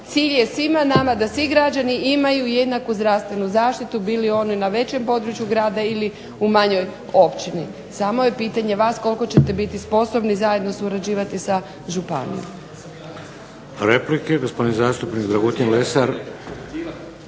cilj je svima nama da svi građani imaju jednaku zdravstvenu zaštitu bili oni na području većeg grada ili u manjoj općini, samo je pitanje vas koliko ćete biti sposobni surađivati sa županijom.